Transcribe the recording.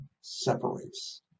separates